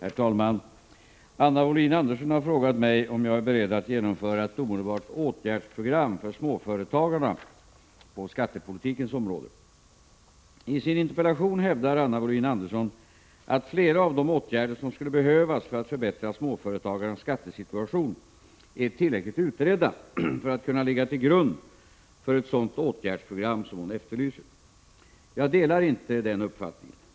Herr talman! Anna Wohlin-Andersson har frågat mig om jag är beredd att genomföra ett omedelbart åtgärdsprogram för småföretagarna på skattepolitikens område. I sin interpellation hävdar Anna Wohlin-Andersson att flera av de åtgärder som skulle behövas för att förbättra småföretagarnas skattesituation är tillräckligt utredda för att kunna ligga till grund för ett sådant åtgärdsprogram som hon efterlyser. Jag delar inte denna uppfattning.